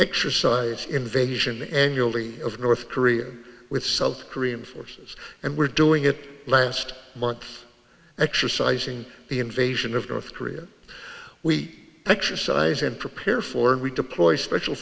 exercise invasion annually of north korea with south korean forces and we're doing it last month exercising the invasion of north korea wheat exercise and prepare for and we deploy special